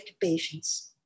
patients